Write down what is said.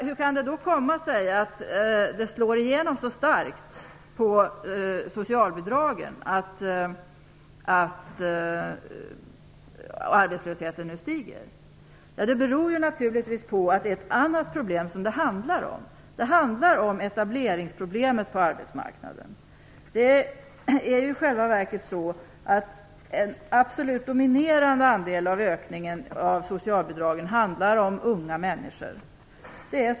Hur kan det då komma sig att det slår igenom så starkt på socialbidragen att arbetslösheten nu stiger? Det beror naturligtvis på att det handlar om ett annat problem, nämligen etableringsproblemet på arbetsmarknaden. I själva verket avser en absolut dominerande andel av ökningen av socialbidragen unga människor.